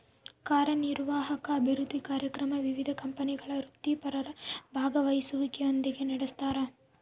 ಕಾರ್ಯನಿರ್ವಾಹಕ ಅಭಿವೃದ್ಧಿ ಕಾರ್ಯಕ್ರಮ ವಿವಿಧ ಕಂಪನಿಗಳ ವೃತ್ತಿಪರರ ಭಾಗವಹಿಸುವಿಕೆಯೊಂದಿಗೆ ನಡೆಸ್ತಾರ